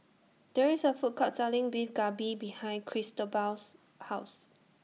There IS A Food Court Selling Beef Galbi behind Cristobal's House